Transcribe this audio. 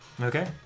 Okay